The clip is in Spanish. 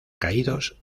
caídos